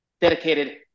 dedicated